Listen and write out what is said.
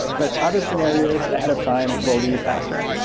but other scenarios ahead of time will be faster.